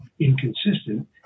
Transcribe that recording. inconsistent